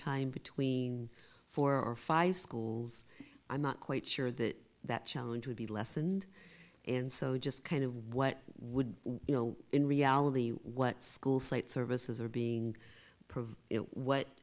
time between four or five schools i'm not quite sure that that challenge would be lessened and so just kind of what would you know in reality what school site services are being